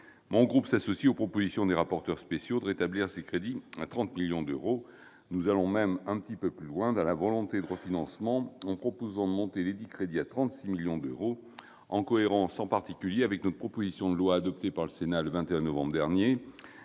mon groupe s'associe à la proposition des rapporteurs spéciaux de rétablir ses crédits à 30 millions d'euros. Nous allons même un peu plus loin dans la volonté de refinancement, en proposant d'augmenter ces crédits à 36 millions d'euros, en cohérence, en particulier, avec notre proposition de loi, adoptée par le Sénat le 21 novembre dernier,